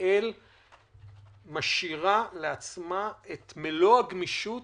ישראל משאירה לעצמה את מלוא הגמישות